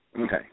Okay